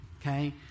okay